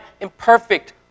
imperfect